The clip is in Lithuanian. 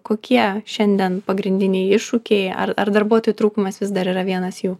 kokie šiandien pagrindiniai iššūkiai ar ar darbuotojų trūkumas vis dar yra vienas jų